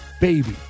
Baby